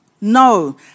no